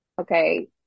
okay